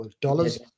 dollars